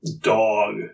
dog